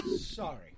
Sorry